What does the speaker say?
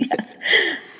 Yes